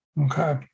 Okay